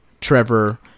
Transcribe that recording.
Trevor